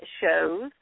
shows